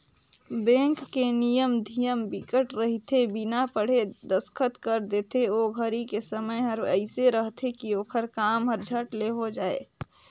bank के नियम धियम बिकट रहिथे बिना पढ़े दस्खत कर देथे ओ घरी के समय हर एइसे रहथे की ओखर काम हर झट ले हो जाये